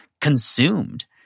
consumed